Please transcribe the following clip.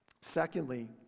Secondly